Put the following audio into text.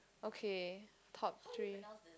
okay top three